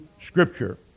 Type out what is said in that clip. Scripture